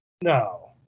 No